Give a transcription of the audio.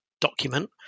document